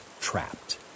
trapped